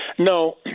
No